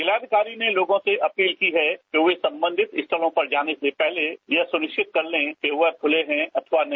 जिलाधिकारी ने लोगों से अपील की है कि वे सम्बंधित स्थलों पर जाने से पहले यह सुनिश्चित कर लें कि वह ख़ले हैं अथवा नहीं